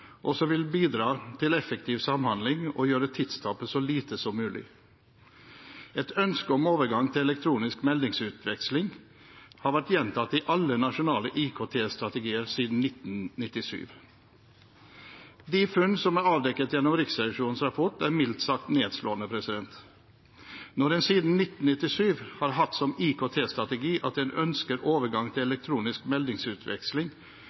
tidstapet så lite som mulig. Et ønske om overgang til elektronisk meldingsutveksling har vært gjentatt i alle nasjonale IKT-strategier siden 1997. De funn som er avdekket gjennom Riksrevisjonens rapport, er mildt sagt nedslående. Når en siden 1997 har hatt som IKT-strategi at en ønsker overgang til elektronisk meldingsutveksling,